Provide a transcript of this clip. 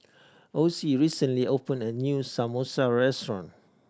Ocie recently opened a new Samosa restaurant